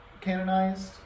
canonized